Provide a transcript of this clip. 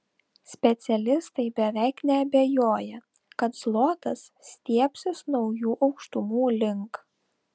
specialistai beveik neabejoja kad zlotas stiebsis naujų aukštumų link